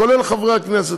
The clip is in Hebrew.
כולל חברי הכנסת,